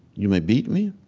you may beat me,